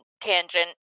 Tangent